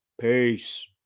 Peace